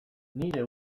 nire